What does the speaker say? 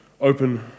open